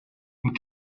and